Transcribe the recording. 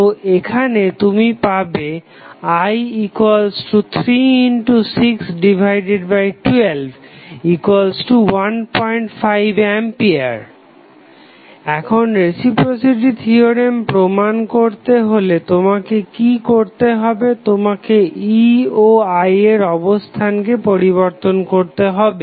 তো এখানে তুমি দেখতে পাবে I361215A এখন রেসিপ্রোসিটি থিওরেম প্রমাণ করতে হলে তোমাকে কি করতে হবে তোমাকে E ও I এর অবস্থানকে পরিবর্তন করতে হবে